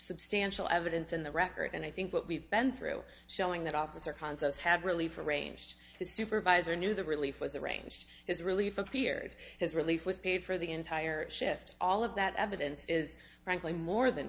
substantial evidence in the record and i think what we've been through showing that officer concepts have relief arranged the supervisor knew the relief was arranged his relief appeared his relief was paid for the entire shift all of that evidence is frankly more than